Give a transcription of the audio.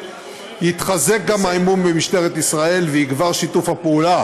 יתחזק גם האמון במשטרת ישראל ויגבר שיתוף הפעולה,